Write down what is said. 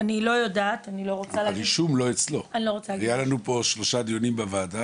היה לנו פה שלושה דיונים בוועדה,